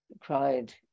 cried